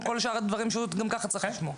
כל שאר הדברים שהוא גם ככה צריך לשמור.